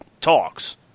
talks